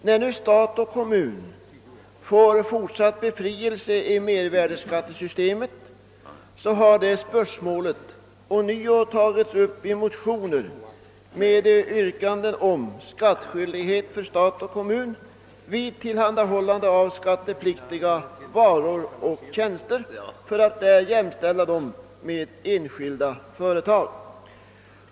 När stat och kommun nu får fortsatt befrielse i mervärdeskattesystemet har det spörsmålet ånyo tagits upp i motioner, i vilka yrkats skattskyldighet för stat och kommun vid tillhandahållande av skattepliktiga varor och tjänster för att åstadkomma jämställdhet med enskilda företag.